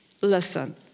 listen